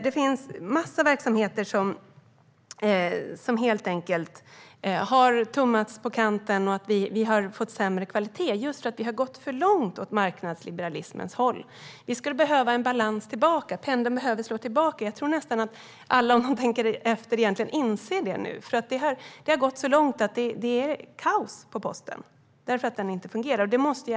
Det finns en massa verksamheter som det helt enkelt har tummats på. Vi har fått sämre kvalitet just för att vi har gått för långt åt marknadsliberalismens håll. Vi skulle behöva en balans. Pendeln behöver slå tillbaka. Jag tror att nästan alla som tänker efter egentligen inser det nu. Det har gått så långt att det är kaos på posten. Det fungerar inte.